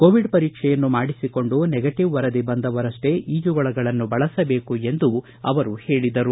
Covid ಪರೀಕ್ಷೆಯನ್ನು ಮಾಡಿಸಿಕೊಂಡು negative ವರದಿ ಬಂದವರು ಅಷ್ಟೇ ಈಜುಕೊಳಗಳನ್ನು ಬಳಸಬೇಕು ಎಂದು ಅವರು ಹೇಳಿದರು